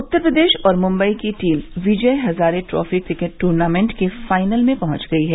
उत्तर प्रदेश और मुम्बई की team Vijay Hazare trophy cricket tournament के फाइनल में पहुंच गई हैं